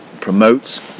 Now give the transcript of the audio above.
promotes